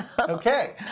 okay